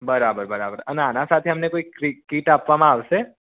બરાબર બરાબર આના સાથે અમને કોઈ કીટ આપવામાં આવશે